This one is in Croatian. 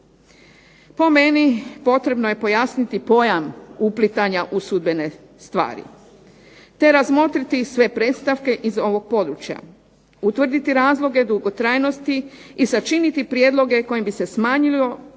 Po meni potrebno je pojasniti pojam uplitanja u sudbene stvari, te razmotriti sve predstavke iz ovog područja, utvrditi razloge dugotrajnosti i sačiniti prijedloge kojim bi se smanjio